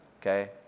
okay